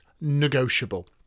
negotiable